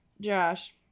Josh